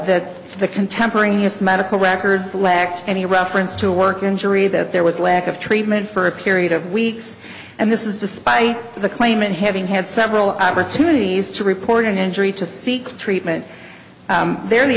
that the contemporaneous medical records lacked any reference to work injury that there was lack of treatment for a period of weeks and this is despite the claimant having had several opportunities to report an injury to seek treatment there the